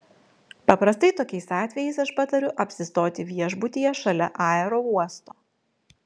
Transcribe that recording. paprastai tokiais atvejais aš patariu apsistoti viešbutyje šalia aerouosto